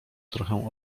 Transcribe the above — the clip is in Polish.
trochę